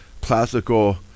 classical